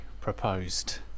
proposed